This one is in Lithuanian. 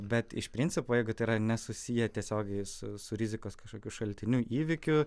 bet iš principo jeigu tai yra nesusiję tiesiogiai su su su rizikos kažkokiu šaltiniu įvykiu